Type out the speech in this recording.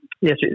yes